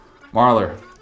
Marler